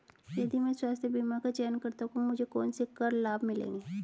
यदि मैं स्वास्थ्य बीमा का चयन करता हूँ तो मुझे कौन से कर लाभ मिलेंगे?